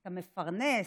את המפרנס,